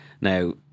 now